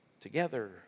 together